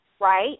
right